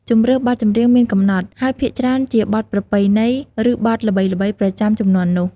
ជម្រើសបទចម្រៀងមានកំណត់ ហើយភាគច្រើនជាបទប្រពៃណី ឬបទល្បីៗប្រចាំជំនាន់នោះ។